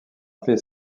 fait